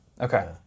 Okay